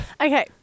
okay